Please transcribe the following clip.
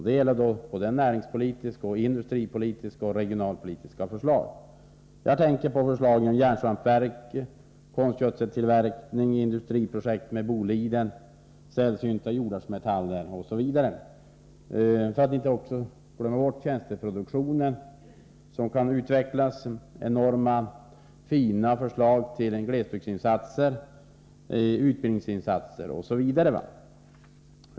Det gäller industripolitiska, näringspolitiska och regionalpolitiska förslag. Jag tänker på förslagen om järnsvampverk, konstgödseltillverkning, industriprojektet när det gäller Boliden, sällsynta jordartsmetaller osv., för att inte glömma bort tjänsteproduktionen som kan utvecklas samt enormt fina förslag till glesbygdsinsatser och utbildningsinsatser.